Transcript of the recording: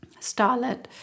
starlet